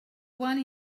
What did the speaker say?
one